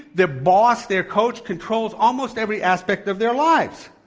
their boss, their coach, controls almost every aspect of their lives.